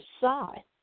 side